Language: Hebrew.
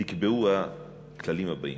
נקבעו הכללים הבאים: